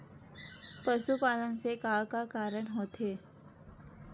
पशुपालन से का का कारण होथे?